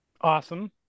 Awesome